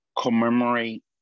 commemorate